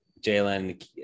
Jalen